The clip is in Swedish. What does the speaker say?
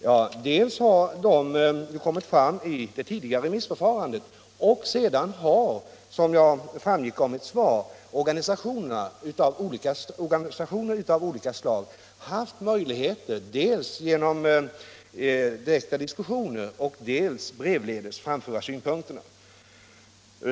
Men dessa synpunkter har kommit fram dels vid det tidigare remissförfarandet och dels, som framgick av mitt svar, genom att olika organisationer haft möjlighet att vid direkta diskussioner liksom brevledes framföra synpunkter.